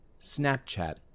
Snapchat